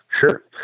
Sure